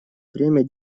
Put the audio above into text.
время